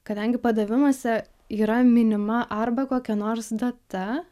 kadangi padavimuose yra minima arba kokia nors data